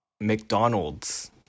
mcdonald's